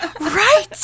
Right